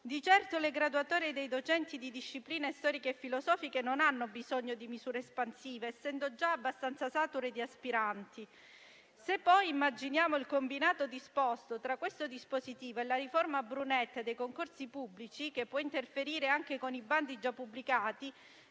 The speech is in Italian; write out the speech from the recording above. Di certo le graduatorie dei docenti di discipline storiche e filosofiche non hanno bisogno di misure espansive, essendo già abbastanza sature di aspiranti; se poi immaginiamo il combinato disposto tra questo dispositivo e la cosiddetta riforma Brunetta dei concorsi pubblici, che può interferire anche con i bandi già pubblicati,